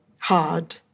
Hard